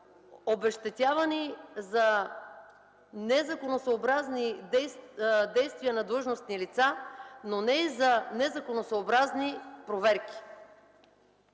обезщетявани за незаконосъобразни действия на длъжностни лица, но не и за незаконосъобразни проверки.